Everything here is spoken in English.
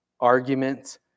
Arguments